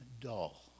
dull